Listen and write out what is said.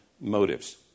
motives